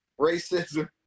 racism